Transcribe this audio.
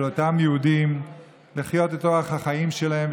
אותם יהודים לחיות לפי אורח החיים שלהם,